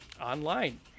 online